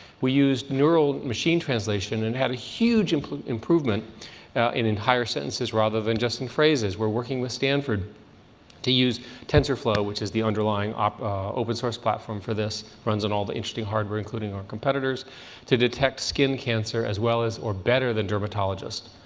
we used neural machine translation and had a huge and improvement in entire sentences rather than just in phrases. we're working with stanford to use tensorflow, which is the underlying open source platform for this it runs on all the interesting hardware, including our competitors' to detect skin cancer as well as or better than dermatologists.